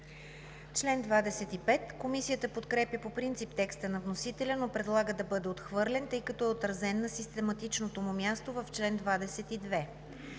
Член 26 – Комисията подкрепя по принцип текста на вносителя, но предлага да бъде отхвърлен, тъй като е отразен на систематичното му място в чл. 21.